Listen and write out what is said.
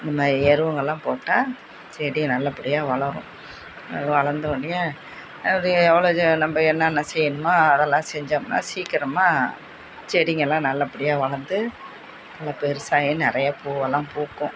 இந்த மாதிரி எருவுங்கள்லாம் போட்டால் செடி நல்லபடியாக வளரும் அது வளர்ந்த ஒடனையே அப்படி நம்ம என்னன்ன செய்யணுமோ அதெல்லாம் செஞ்சமுன்னால் சீக்கிரமாக செடிங்கள்லாம் நல்லபடியாக வளர்ந்து நல்ல பெருசாகி நிறைய பூவெல்லாம் பூக்கும்